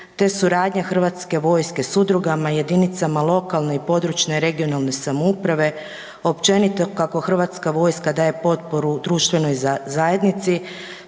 te suradnja Hrvatske vojske s udrugama, jedinicama lokalne i područne (regionalne) samouprave, općenito kako Hrvatska vojska daje potporu društvenoj zajednici